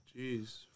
Jeez